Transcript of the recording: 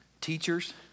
Teachers